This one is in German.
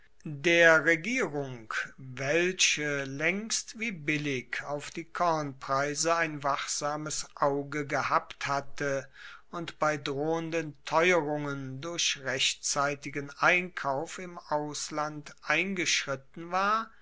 der regierung welche laengst wie billig auf die kornpreise ein wachsames auge gehabt hatte und bei drohenden teuerungen durch rechtzeitigen einkauf im ausland eingeschritten war